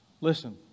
Listen